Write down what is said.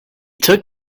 took